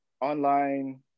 online